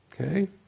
Okay